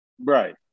Right